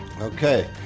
Okay